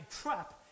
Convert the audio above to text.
trap